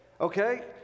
Okay